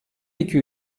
iki